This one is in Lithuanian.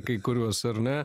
kai kuriuos ar ne